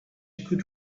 could